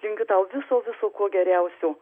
linkiu tau viso viso ko geriausio